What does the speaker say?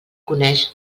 coneix